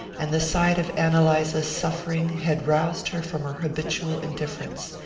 and the sight of ann eliza's suffering had roused her from her habitual indifference.